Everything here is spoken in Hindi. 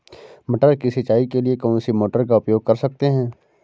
मटर की सिंचाई के लिए कौन सी मोटर का उपयोग कर सकते हैं?